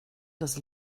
das